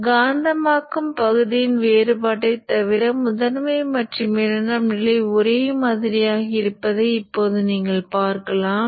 எனவே ஐந்து மடங்கு Lm by R நேர மாறிலி Toff நேரத்தை விட குறைவாக இருக்க வேண்டும் அல்லது இது Ts நேரத்தை கொண்டிருக்க வேண்டும்